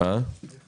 הישיבה